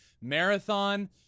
marathon